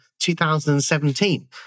2017